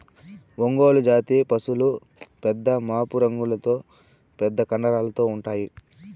ఒంగోలు జాతి పసులు పెద్ద మూపురంతో పెద్ద కండరాలతో ఉంటాయి